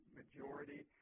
majority